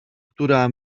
która